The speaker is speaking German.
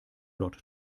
dort